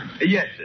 Yes